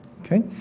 Okay